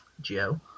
Joe